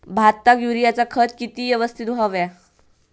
भाताक युरियाचा खत किती यवस्तित हव्या?